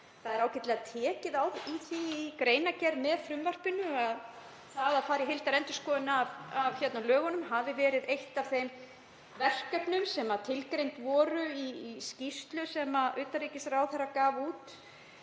Það er ágætlega tekið á því í greinargerð með frumvarpinu að það að fara í heildarendurskoðun á lögunum hafi verið eitt af þeim verkefnum sem tilgreind voru í skýrslu sem utanríkisráðherra gaf út